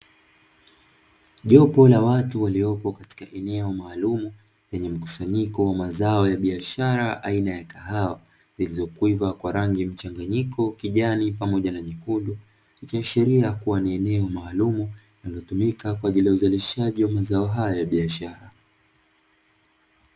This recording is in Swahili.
Jopo la watu waliopo katika eneo maalumu ,lenye mkusanyiko wa mazao ya biashara aina ya kahawa, zilizokwiva kwa rangi mchanganyiko kijani pamoja na nyekundu kuashiria kuwa ni eneo maalumu linalotumika kwa ajili ya uzalishaji wa mazao hayo ya biashara.